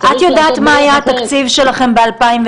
את יודעת מה היה התקציב שלכם ב-2019,